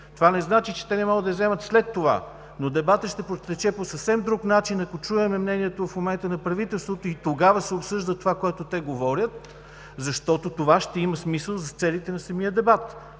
Това не значи, че те не могат да я вземат и след това, но дебатът ще протече по съвсем друг начин, ако чуем мнението в момента на правителството и тогава да се обсъжда това, което те говорят, защото това ще има смисъл за целите на самия дебат.